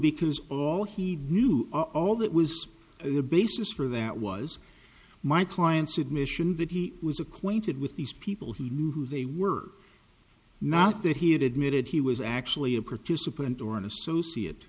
because all he knew all that was the basis for that was my client's admission that he was acquainted with these people he knew who they were not that he admitted he was actually a produce opponent or an associate